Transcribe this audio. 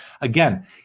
again